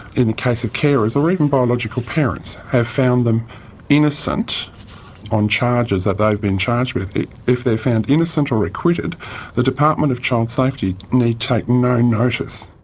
in the case of carers, or even biological parents, have found them innocent on charges that they've been charged with, if they're found innocent or acquitted the department of child safety need take no notice.